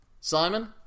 Simon